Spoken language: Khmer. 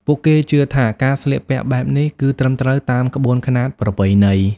ពួកគេជឿថាការស្លៀកពាក់បែបនេះគឺត្រឹមត្រូវតាមក្បួនខ្នាតប្រពៃណី។